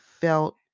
felt